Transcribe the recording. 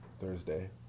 Thursday